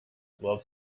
love